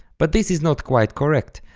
but this is not quite correct,